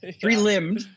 three-limbed